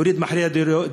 להוריד את מחירי הדירות,